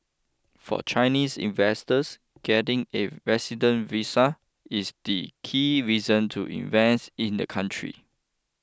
for Chinese investors getting a resident visa is the key reason to invest in the country